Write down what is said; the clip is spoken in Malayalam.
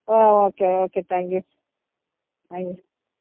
oh okay okay thank you thank you